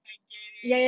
I get it